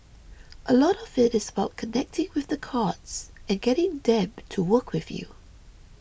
a lot of it is about connecting with the cards and getting them to work with you